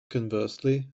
conversely